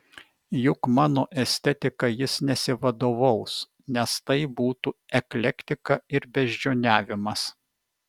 juk mano estetika jis nesivadovaus nes tai būtų eklektika ir beždžioniavimas